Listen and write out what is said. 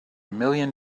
million